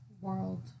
world